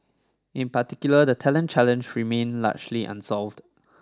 in particular the talent challenge remain largely unsolved